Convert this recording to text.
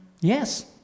Yes